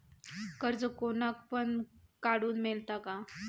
कर्ज कोणाक पण काडूक मेलता काय?